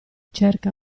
cerca